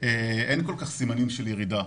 אין כל כך סימנים של ירידה.